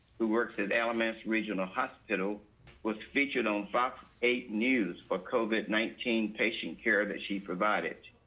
who works with alamance regional hospital was featured on fox eight news for covid nineteen patient care that she provided.